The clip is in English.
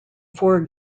four